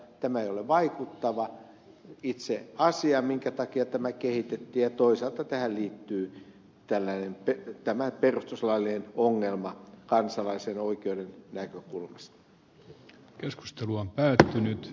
tämä ei vaikuta itse asiaan minkä takia tämä kehitettiin ja toisaalta tähän liittyy tämä perustuslaillinen ongelma kansalaisen oikeuden näkökulmasta